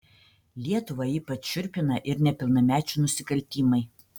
lietuvą ypač šiurpina ir nepilnamečių nusikaltimai